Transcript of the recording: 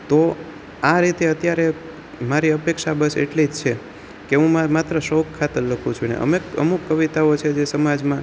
તો આ રીતે અત્યારે મારી અપેક્ષા બસ એટલી જ છે કે હું મારે માત્ર શોખ ખાતર લખું છું અને અમુક કવિતાઓ છે જે સમાજમાં